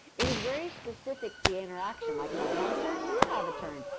it was very specific, the interaction, like, i have a turn, you have a turn.